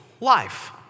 life